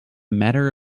matter